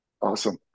Awesome